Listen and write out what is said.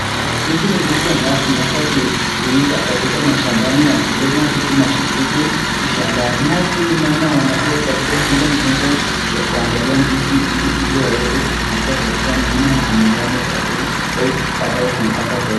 Hizi ni ndizi ambazo zimeeza kuiva katika mashambani ya mkulima huku shambani, naye huyu mama ako katika ile kitendo ya kunagalia ndizi hizi ili aeze kuichukua mjini au nyumbani kwa chakula, au ili baadae apate pesa.